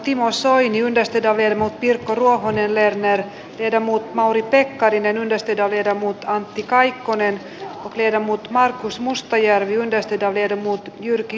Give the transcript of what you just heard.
timo soini on pirkko ruohonen lerner tiedä muut mauri pekkarinen osti ja viedä mutta antti kaikkonen liedon muut lernerin kannattamana tehnyt seuraavan ehdotuksen